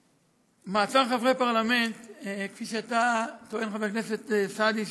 מעצר חברי פרלמנט, כפי שאתה טוען, חבר הכנסת סעדי,